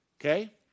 Okay